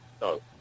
No